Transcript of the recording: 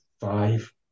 five